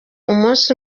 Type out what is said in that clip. umunsi